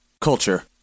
Culture